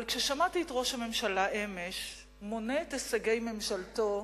אבל כששמעתי את ראש הממשלה אמש מונה את הישגי ממשלתו,